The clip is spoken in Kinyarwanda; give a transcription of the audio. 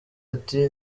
ati